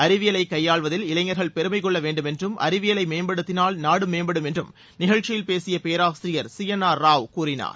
அறிவியலைக் கைபாள்வதில் இளைஞர்கள் பெருமை கொள்ள வேண்டும் என்றும் அறிவியலை மேம்படுத்தினால் நாடு மேம்படும் என்றும் இந்நிகழ்ச்சியில் பேசிய பேராசிரியர் சி என் ஆர் ராவ் கூறினார்